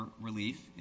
relief